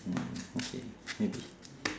mm okay maybe